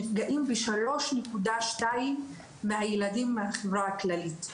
נפגעים פי 3.2 מהילדים בחברה הכללית.